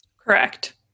Correct